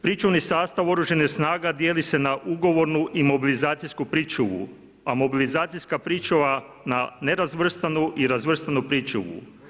Pričuvni sastav Oružanih snaga dijeli se na ugovornu i mobilizacijsku pričuvu, a mobilizacijska pričuva na nerazvrstanu i razvrstanu pričuvu.